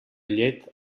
llet